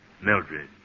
Mildred